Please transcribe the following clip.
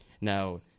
Now